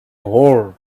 hole